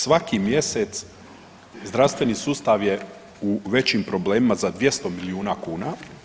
Svaki mjesec zdravstveni sustav je u većim problemima za 200 miliona kuna.